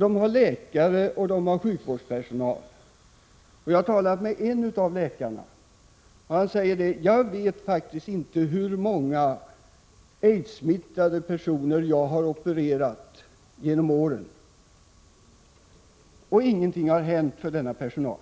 De har läkare och annan sjukvårdspersonal där, och jag har talat med en av läkarna, som säger: Jag vet faktiskt inte hur många aidssmittade personer jag har opererat genom åren. Ingenting har hänt för personalens del, och